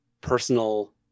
personal